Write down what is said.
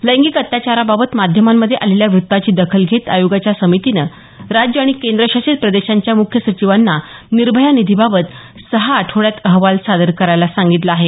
लैंगिक अत्याचारबाबत माध्यमांमधे आलेल्या वृत्ताची दखल घेत आयोगाच्या समितीनं राज्य आणि केंद्रशासित प्रदेशांच्या मुख्य सचिवांना निर्भया निधीबाबत सहा आठवड्यात अहवाल सादर करायला सांगितलं आहे